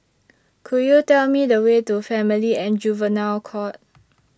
Could YOU Tell Me The Way to Family and Juvenile Court